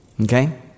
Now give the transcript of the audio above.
Okay